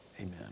Amen